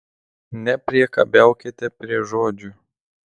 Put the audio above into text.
nepriekabiaukite prie žodžių